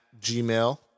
gmail